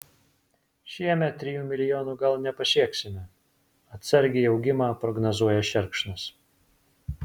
šiemet trijų milijonų gal nepasieksime atsargiai augimą prognozuoja šerkšnas